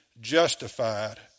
justified